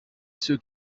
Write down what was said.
ceux